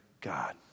God